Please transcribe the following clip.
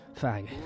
fag